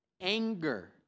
anger